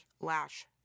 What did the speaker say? Lash